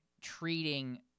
treating